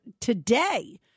today